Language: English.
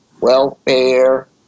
welfare